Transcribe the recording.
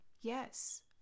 Yes